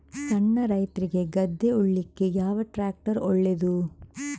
ಸಣ್ಣ ರೈತ್ರಿಗೆ ಗದ್ದೆ ಉಳ್ಳಿಕೆ ಯಾವ ಟ್ರ್ಯಾಕ್ಟರ್ ಒಳ್ಳೆದು?